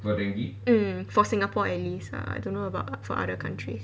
mm for singapore at least lah I don't know about for other countries